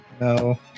No